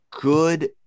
good